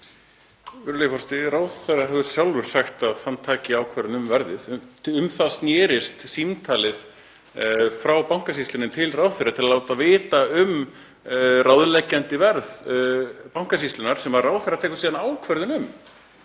Virðulegi forseti. Ráðherra hefur sjálfur sagt að hann taki ákvörðun um verðið. Um það snerist símtalið frá Bankasýslunni til ráðherra, að láta hann vita af ráðleggjandi verði Bankasýslunnar sem ráðherra tekur síðan ákvörðun um.